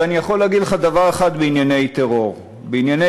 ואני יכול להגיד לך דבר אחד בענייני טרור: בענייני